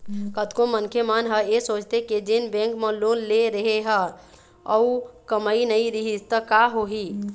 कतको मनखे मन ह ऐ सोचथे के जेन बेंक म लोन ले रेहे हन अउ कमई नइ रिहिस त का होही